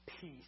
peace